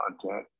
content